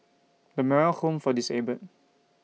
The Moral Home For Disabled